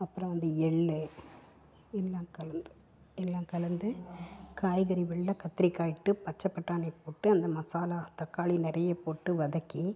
அப்புறம் அந்த எள் எல்லாம் கலந்து எல்லாம் கலந்து காய்கறி வெள்ளை கத்திரிக்காய் இட்டு பச்சைப்பட்டாணி போட்டு அந்த மசாலா தக்காளி நிறைய போட்டு வதக்கி